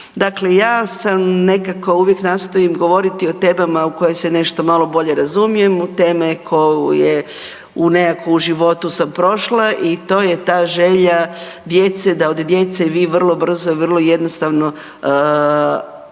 Dakle, ja sam nekako uvijek nastojim govoriti o temama u koje se nešto malo bolje razumijem, u teme koje nekako u životu sam prošla i to je ta želja djece da od djece vi vrlo brzo i vrlo jednostavno napravite